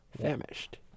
famished